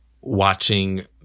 watching